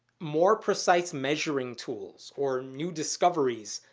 more precise measuring tools, or new discoveries,